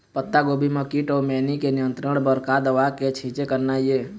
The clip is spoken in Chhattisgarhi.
पत्तागोभी म कीट अऊ मैनी के नियंत्रण बर का दवा के छींचे करना ये?